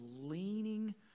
leaning